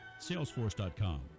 salesforce.com